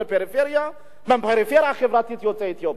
מהפריפריה החברתית של יוצאי אתיופיה.